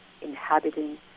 inhabiting